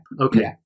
Okay